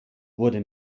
wurde